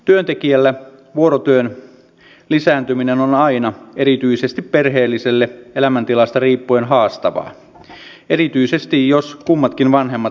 työntekijälle vuorotyön lisääntyminen on aina erityisesti perheelliselle elämäntilanteesta riippuen haastavaa erityisesti jos kummatkin vanhemmat tekevät vuorotyötä